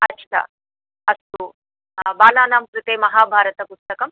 अष्ट अस्तु बालानां कृते महाभारतपुस्तकं